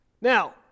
Now